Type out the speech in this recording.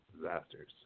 disasters